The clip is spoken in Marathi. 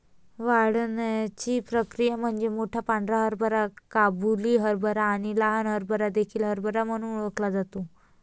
वाढण्याची प्रक्रिया म्हणजे मोठा पांढरा हरभरा काबुली हरभरा आणि लहान हरभरा देसी हरभरा म्हणून ओळखला जातो